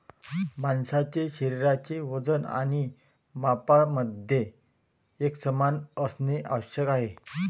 माणसाचे शरीराचे वजन आणि मापांमध्ये एकसमानता असणे आवश्यक आहे